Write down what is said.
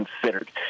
considered